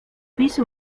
peace